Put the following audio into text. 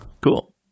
Cool